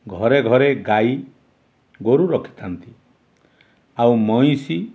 ଘରେ ଘରେ ଗାଈ ଗୋରୁ ରଖିଥାନ୍ତି ଆଉ ମଇଁଷି